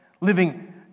Living